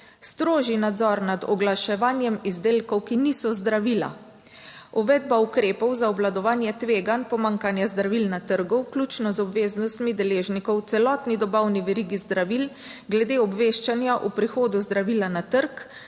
Strožji nadzor nad oglaševanjem izdelkov, ki niso zdravila. Uvedba ukrepov za obvladovanje tveganj, pomanjkanje zdravil na trgu, vključno z obveznostmi deležnikov v celotni dobavni verigi zdravil glede obveščanja o prihodu zdravila na trg.